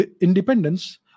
independence